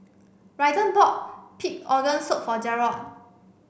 Raiden bought pig organ soup for Jerrod